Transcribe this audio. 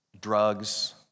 drugs